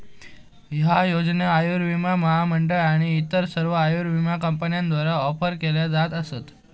ह्या योजना आयुर्विमा महामंडळ आणि इतर सर्व आयुर्विमा कंपन्यांद्वारा ऑफर केल्या जात असा